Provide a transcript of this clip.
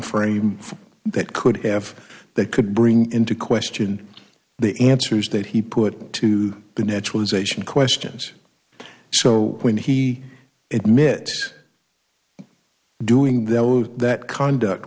frame that could have that could bring into question the answers that he put to the naturalization questions so when he admits doing those that conduct